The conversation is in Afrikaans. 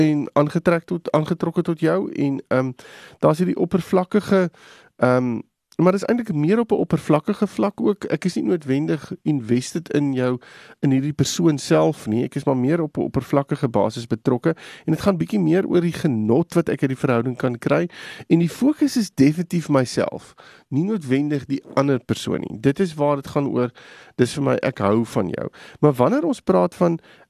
en aangetrekt tot- aangetrokken tot jou en, ehm, daar is hierdie oppervlakkige, ehm, maar dis eindelijk meer op 'n oppervlakkige vlak ook. Ek is nie noodwendig invested in jou- in hierdie persoon self nie. Ek is maar meer op 'n oppervlakkige basis betrokken en het gaan bykie meer oor die genot wat ek uit die verhouding kan kry. En die focus is definitief myself, nie noodwendig die ander persoon nie. Dit is waar het gaan oor, dis vir my, ek hou van jou. Maar wanneer ons praat van